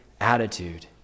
attitude